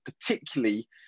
particularly